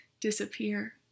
disappear